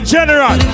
General